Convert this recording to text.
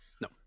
No